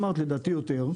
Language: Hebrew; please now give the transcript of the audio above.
לדעתי אילו יותר.